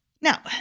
Now